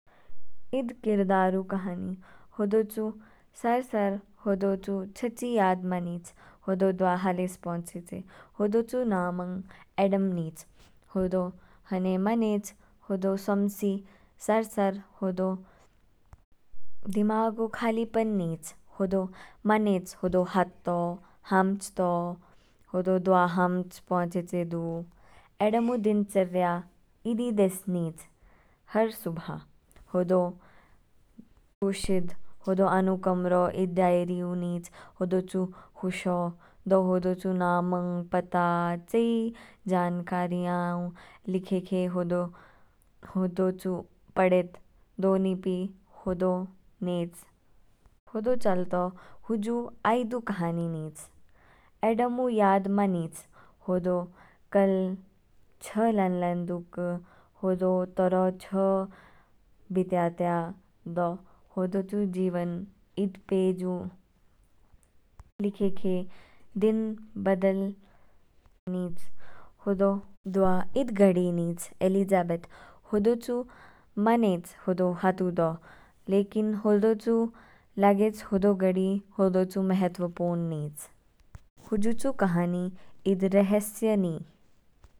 ईद किरदार ऊ कहानी होदो सार सार होदो चू छची याद मानिच। होदो दवा हलिस पोंचेचे, होदो चू नामंग एडम नीच, होदो हने मनेच होदो सोमसी सार सार, होदो दिमाग ऊ खलीपन नीच। होदो मनेच होदो हात तो, हामच तो, होदो दवा हामच पौनचेचे दू। एडम ऊ दीनचर्या ईदी देस्क नीच, हर सुबह होदो तोशीद आनु कमरो ईद डाइरि ऊ नीच। होदो चू हूशो, दो होदो चू नामंग, पता चेई जानकारीया ऊ लिखेखे। होदो होदो चू पडेत, दोनीपि होदो नेच। होदो चल्तो, हुजु आईदु कहानी नीच, एडम ऊ याद मानिच होदो कल छ लान लान तुक, होदो तोरो छ बित्यतया। दो होदो चू जीवन ईद पेज ऊ लिखेखे दिन बदल नीच। होदो दवा ईद घडी नीच एलिज़ाबेथ, होदो चू मनेच, होदो हातू तो लेकिन होदो चू लागेच होदो घड़ी होदो चू मेहत्त्वपूर्ण नीच। हुजु चू कहानी ईद रहस्य नी।